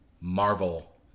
Marvel